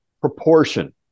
proportion